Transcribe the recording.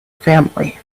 family